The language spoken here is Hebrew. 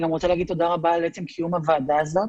אני גם רוצה להגיד תודה רבה על עצם קיום הוועדה הזאת.